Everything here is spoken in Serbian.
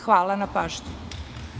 Hvala na pažnji.